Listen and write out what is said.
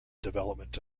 development